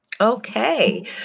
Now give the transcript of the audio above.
Okay